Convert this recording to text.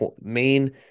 main